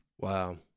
Wow